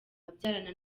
abyarana